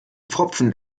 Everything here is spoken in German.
pfropfen